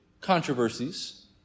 controversies